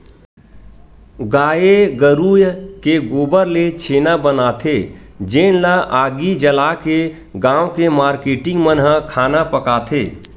गाये गरूय के गोबर ले छेना बनाथे जेन ल आगी जलाके गाँव के मारकेटिंग मन ह खाना पकाथे